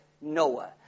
Noah